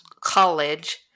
college